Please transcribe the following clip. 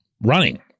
running